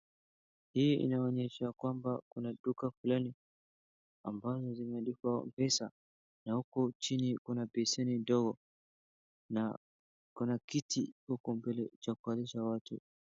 Hii inaonyesha kwamba kuna duka fulani ambazo zimeandikwa mpesa na uku chini kuna baseni ndogo na kuna kiti huko mbele cha kukalisha watu.